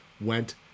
went